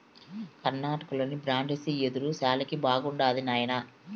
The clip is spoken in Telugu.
కర్ణాటకలోని బ్రాండిసి యెదురు శాలకి బాగుండాది నాయనా